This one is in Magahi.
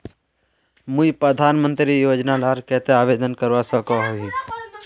मुई प्रधानमंत्री योजना लार केते आवेदन करवा सकोहो ही?